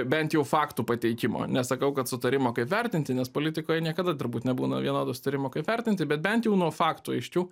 bent jau faktų pateikimo nesakau kad sutarimo kaip vertinti nes politikoj niekada turbūt nebūna vienodo sutarimo kaip vertinti bet bent jau nuo faktų aiškių